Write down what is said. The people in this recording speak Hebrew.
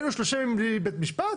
היו 30 ימים בלי בית משפט,